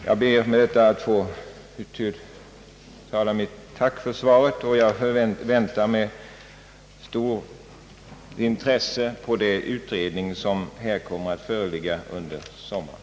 Jag ber med detta att få uttala mitt tack för svaret, och jag väntar med stort intresse på den utredning som kommer att föreligga under sommaren.